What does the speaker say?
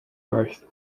growth